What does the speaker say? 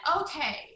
okay